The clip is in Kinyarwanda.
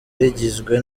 rigizwe